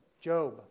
Job